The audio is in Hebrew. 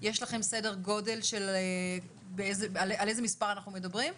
יש לכם סדר גודל על איזה מספר אנחנו מדברים?